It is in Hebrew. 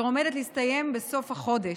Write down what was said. אשר עומדת להסתיים בסוף החודש,